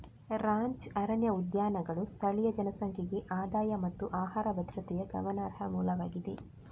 ranch ಅರಣ್ಯ ಉದ್ಯಾನಗಳು ಸ್ಥಳೀಯ ಜನಸಂಖ್ಯೆಗೆ ಆದಾಯ ಮತ್ತು ಆಹಾರ ಭದ್ರತೆಯ ಗಮನಾರ್ಹ ಮೂಲವಾಗಿದೆ